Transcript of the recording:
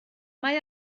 mae